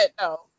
no